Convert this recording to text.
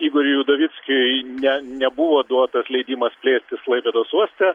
igoriui udovickiui ne nebuvo duotas leidimas plėstis klaipėdos uoste